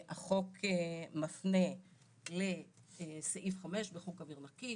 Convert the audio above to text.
החוק מפנה לסעיף 5 בחוק אוויר נקי,